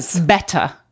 better